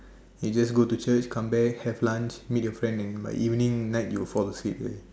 I just go to Church come back have lunch meet your friends and by evening night you fall asleep